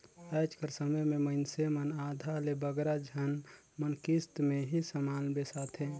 आएज कर समे में मइनसे मन आधा ले बगरा झन मन किस्त में ही समान बेसाथें